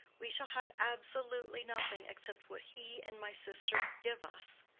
we shall have absolutely nothing except what he and my sister give us.